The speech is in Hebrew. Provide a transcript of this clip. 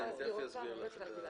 אני חייבת --- את יכולה להסביר עוד פעם?